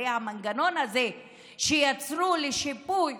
הרי המנגנון הזה שיצרו לשיפוי